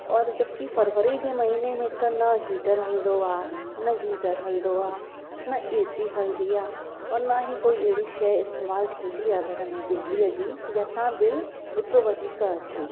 औरि जब कि फरवरी जे महीने में त न हीटर हलंदो आहे न गीजर हलंदो आहे न एसी हलंदी आहे औरि न ई कोई अहिड़ी शइ इस्तेमाल थींदी आहे घर में बिजलीअ जी जंहिंसां बिल एतिरो वधीक अचे